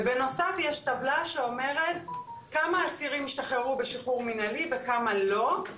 ובנוסף יש טבלה שאומרת כמה אסירים השתחררו בשחרור מנהלי וכמה לא.